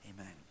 Amen